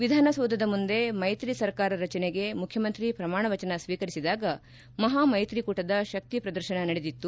ವಿಧಾನಸೌಧದ ಮುಂದೆ ಮೈತ್ರಿ ಸರ್ಕಾರ ರಚನೆಗೆ ಮುಖ್ಯಮಂತ್ರಿ ಪ್ರಮಾಣವಚನ ಸ್ವೀಕರಿಸಿದಾಗ ಮಪಾಮೈತ್ರಿಕೂಟದ ಶಕ್ತಿ ಪ್ರದರ್ಶನ ನಡೆದಿತ್ತು